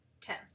Ten